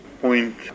point